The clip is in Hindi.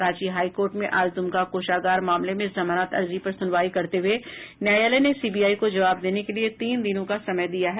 रांची हाईकोर्ट में आज दुमका कोषागार मामले में जमानत अर्जी पर सुनवाई करते हुए न्यायालय ने सीबीआई को जवाब देने के लिए तीन दिनों का समय दिया है